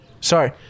sorry